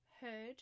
heard